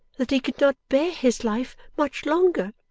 that he could not bear his life much longer,